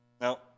Now